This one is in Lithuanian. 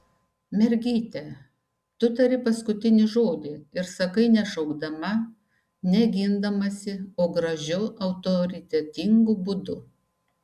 mergyte tu tari paskutinį žodį ir sakai ne šaukdama ne gindamasi o gražiu autoritetingu būdu